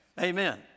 Amen